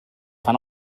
fan